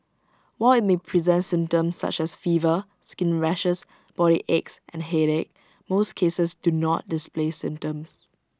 while IT may present symptoms such as fever skin rashes body aches and headache most cases do not display symptoms